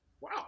wow